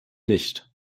nicht